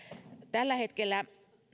tällä hetkellä